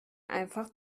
einfach